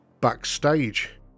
backstage